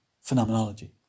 phenomenology